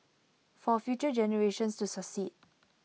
for future generations to succeed